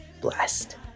blessed